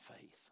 faith